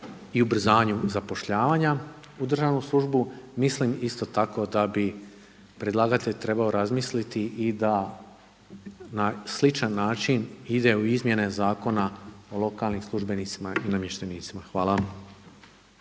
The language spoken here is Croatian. i ubrzanju zapošljavanja u državnu službu, mislim isto tako da bi predlagatelj trebao razmisliti i da na sličan način ide u izmjene Zakona o lokalnim službenicima i namještenicima. Hvala.